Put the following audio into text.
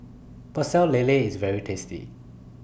Pecel Lele IS very tasty